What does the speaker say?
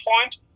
point